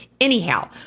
Anyhow